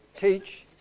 teach